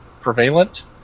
prevalent